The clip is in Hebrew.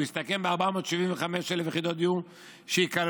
הוא הסתכם ב-475,000 יחידות דיור שייכללו